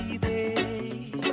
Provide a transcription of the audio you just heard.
baby